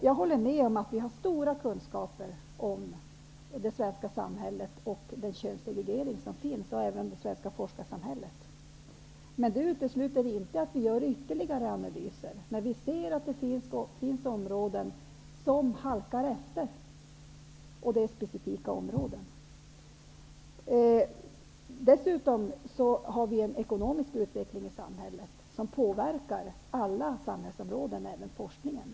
Jag håller med om att vi har stora kunskaper om det svenska forskarsamhället och den könssegregering som finns. Men det utesluter inte att vi gör ytterligare analyser när vi ser områden som halkar efter och det är specifika områden. Dessutom har vi en ekonomisk utveckling i samhället som påverkar alla samhällsområden, även forskningen.